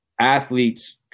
athletes